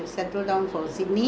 france all cannot